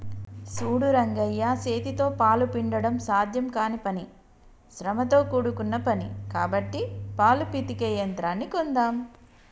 సూడు రంగయ్య సేతితో పాలు పిండడం సాధ్యం కానీ పని శ్రమతో కూడుకున్న పని కాబట్టి పాలు పితికే యంత్రాన్ని కొందామ్